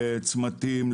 לצמתים,